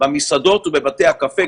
במסעדות ובבתי הקפה,